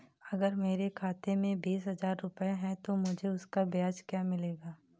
अगर मेरे खाते में बीस हज़ार रुपये हैं तो मुझे उसका ब्याज क्या मिलेगा?